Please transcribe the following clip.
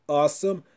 awesome